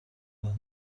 ذهن